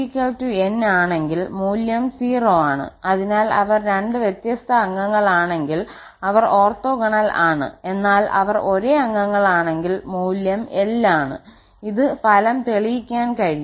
അതിനാൽ 𝑚 ≠ 𝑛 ആണെങ്കിൽ മൂല്യം 0 ആണ് അതിനാൽ അവർ രണ്ട് വ്യത്യസ്ത അംഗങ്ങളാണെങ്കിൽ അവർ ഓർത്തോഗോണൽ ആണ് എന്നാൽ അവർ ഒരേ അംഗങ്ങളാണെങ്കിൽ മൂല്യം 𝑙 ആണ് ഇത് ഫലം തെളിയിക്കാൻ കഴിയും